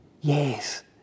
Yes